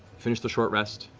finish the short rest,